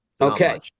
Okay